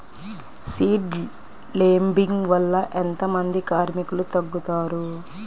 Seed లేంబింగ్ వల్ల ఎంత మంది కార్మికులు తగ్గుతారు?